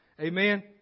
Amen